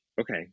okay